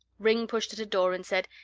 ringg pushed at a door and said,